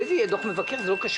אחרי זה יהיה דוח מבקר, לא קשור.